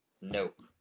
Nope